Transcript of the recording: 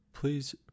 please